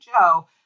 Joe